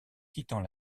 quittant